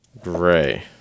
gray